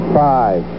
five